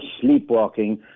sleepwalking